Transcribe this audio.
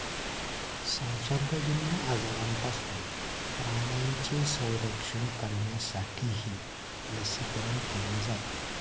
संसर्गजन्य आजारांपासून प्राण्यांचे संरक्षण करण्यासाठीही लसीकरण केले जाते